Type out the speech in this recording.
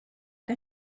que